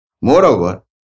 Moreover